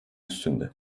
üstünde